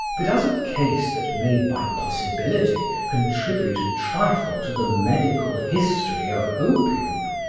but, as a case that may by possibility contribute a trifle to the medical history of opium,